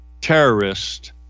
terrorist